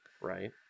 Right